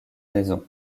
raisons